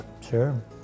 sure